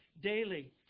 daily